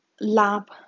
lab